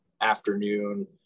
afternoon